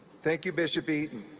thank you, bishop eaton.